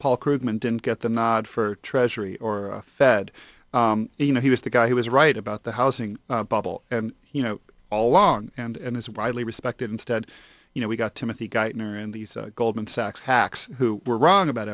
paul krugman didn't get the nod for treasury or fed you know he was the guy who was right about the housing bubble and you know all along and his widely respected instead you know we got timothy geithner in these goldman sachs hacks who were wrong about